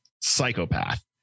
psychopath